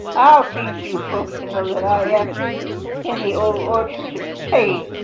i'll teach you folks to know that i am in the old orchard to stay!